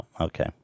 okay